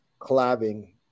collabing